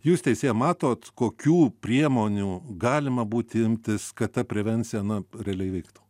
jūs teisėja matot kokių priemonių galima būti imtis kad ta prevencija na realiai vyktų